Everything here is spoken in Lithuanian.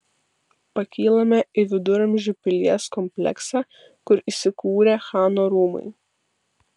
pakylame į viduramžių pilies kompleksą kur įsikūrę chano rūmai